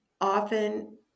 often